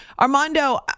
Armando